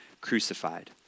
crucified